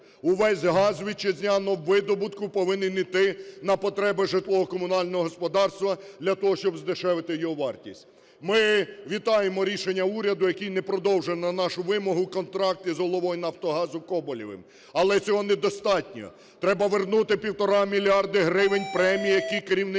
Увесь газ вітчизняного видобутку повинен іти на потреби житлово-комунального господарства, для того щоб здешевити його вартість. Ми вітаємо рішення уряду, який не продовжив, на нашу вимогу, контракт із головою "Нафтогазу" Коболєвим. Але цього недостатньо, треба вернути півтора мільярди гривень премій, які керівництво